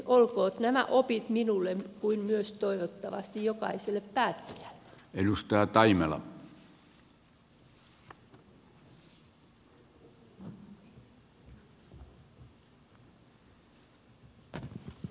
olkoot nämä opit niin minulle kuin myös toivottavasti jokaiselle päättäjälle